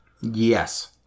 Yes